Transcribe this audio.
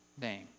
name